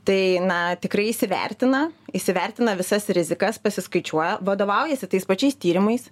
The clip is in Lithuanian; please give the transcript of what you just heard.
tai na tikrai įsivertina įsivertina visas rizikas pasiskaičiuoja vadovaujasi tais pačiais tyrimais